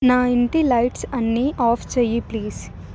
నా ఇంటి లైట్స్ అన్నీ ఆఫ్ చెయ్యి ప్లీజ్